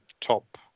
top